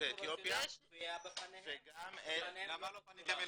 יוצאי אתיופיה וגם את --- למה לא פניתם אלינו?